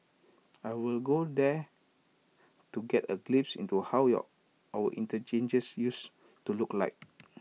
I will go there to get A glimpse into how our interchanges used to look like